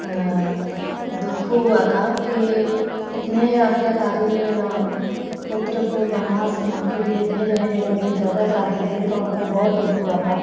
दुःख हुआ था कि इतने आज्ञाकारी पुत्र को बनवास के लिए भेज रहे हैं वो भी चौदह साल के लिए तो हमको बहुत दुःख हुआ था